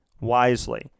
wisely